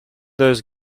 those